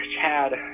Chad